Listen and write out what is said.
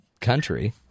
country